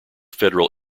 federal